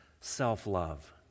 self-love